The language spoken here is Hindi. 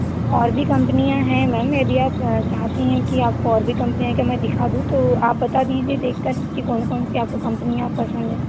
और भी कम्पनियां हैं मैम यदि आप चाहती हैं कि और भी कम्पनी के मैं दिखा दूँ तो आप बता दीजिये देख कर कि कौन कौन सी आपको कम्पनियां पसंद हैं